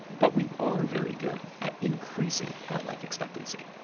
but we are very good at increasing our life expectancy.